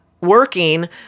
working